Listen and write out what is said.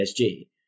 PSG